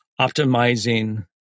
optimizing